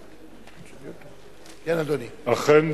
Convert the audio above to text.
אכן,